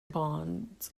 bonds